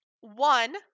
One